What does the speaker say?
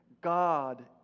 God